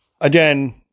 again